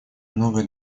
многое